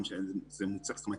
זאת אומרת,